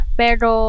pero